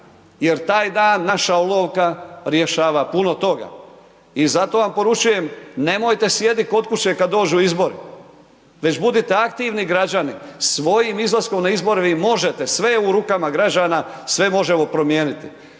jer taj dan naša olovka rješava puno toga i zato vam poručujem nemojte sjedit kod kuće kad dođu izbori, već budite aktivni građani, svojim izlaskom na izbore vi možete, sve je u rukama građana, sve možemo promijeniti,